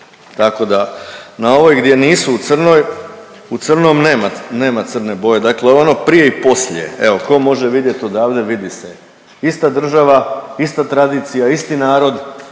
tako da, na ovoj gdje nisu u crnoj, u crnom, nema, nema crne boje, dakle ono prije i poslije, evo ko može vidjet odavde vidi se, ista država, ista tradicija, isti narod,